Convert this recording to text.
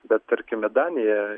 bet tarkime danija